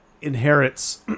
inherits